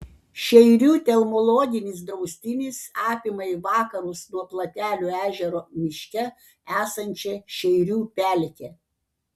šeirių telmologinis draustinis apima į vakarus nuo platelių ežero miške esančią šeirių pelkę